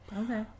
okay